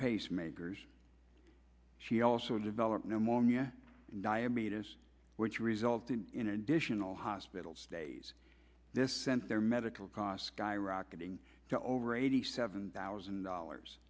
pacemakers she also developed pneumonia and diabetes which resulted in additional hospital stays this sent their medical costs skyrocketing to over eighty seven thousand dollars